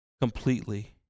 completely